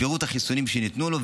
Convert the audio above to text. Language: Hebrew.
לפירוט החיסונים שניתנו לו,